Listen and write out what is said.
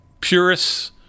purists